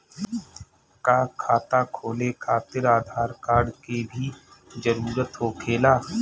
का खाता खोले खातिर आधार कार्ड के भी जरूरत होखेला?